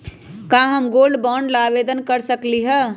का हम gold bond ला आवेदन कर सकली ह?